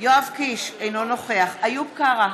יואב קיש, אינו נוכח איוב קרא,